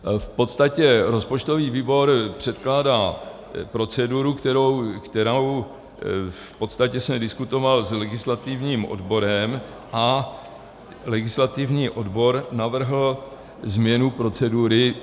V podstatě rozpočtový výbor předkládá proceduru, kterou v podstatě jsem diskutoval s legislativním odborem, a legislativní odbor navrhl změnu procedury.